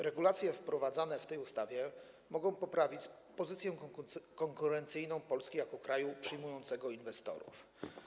Regulacje wprowadzane w tej ustawie mogą poprawić pozycję konkurencyjną Polski jako kraju przyjmującego inwestorów.